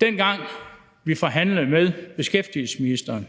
Dengang vi forhandlede med beskæftigelsesministeren